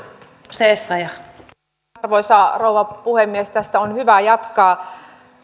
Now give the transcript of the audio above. arvoisa rouva puhemies tästä on hyvä jatkaa